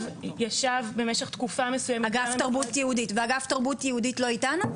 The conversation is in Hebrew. ואגף תרבות יהודית לא אתנו?